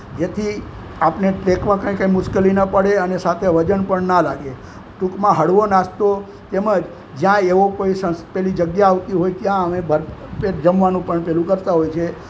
જેથી આપણે ફેંકવા કાંઈ કાંઈ મુશ્કેલી ન પડે અને સાથે વજન પણ ના લાગે ટૂંકમાં હળવો નાસ્તો તેમજ જયાં એવો કોઈ સંસ એવી જગ્યા આવતી હોય ત્યાં અમે ભરપેટ જમવાનું પણ પેલું કરતા હોય છે